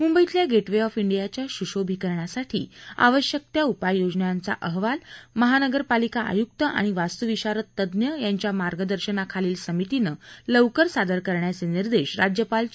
मुंबईतल्या gateway of India च्या सुशोभिकरणासाठी आवश्यक त्या उपाययोजनांचा अहवाल महानगरपालिका आयुक्त आणि वास्तुविशारद तज्ज्ञ यांच्या मार्गदर्शनाखालील समितीनं लवकर सादर करण्याचे निर्देश राज्यपाल चे